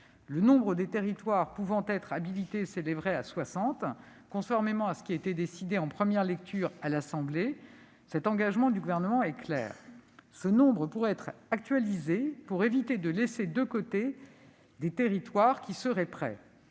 Le nombre de territoires pouvant être habilités s'élèverait à soixante, conformément à ce qui a été voté à l'Assemblée nationale. L'engagement du Gouvernement est clair. Ce nombre pourrait être actualisé pour éviter de laisser de côté des territoires qui seraient prêts.